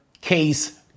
case